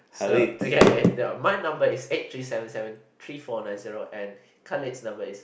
so okay okay my number is eight three seven seven three four nine zero and Khalid's number is